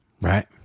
Right